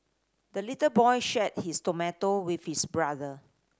the little boy shared his tomato with his brother